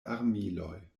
armiloj